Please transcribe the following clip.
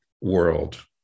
world